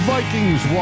Vikings